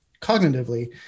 cognitively